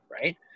right